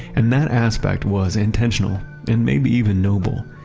and that aspect was intentional and maybe even noble,